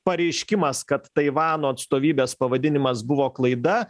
pareiškimas kad taivano atstovybės pavadinimas buvo klaida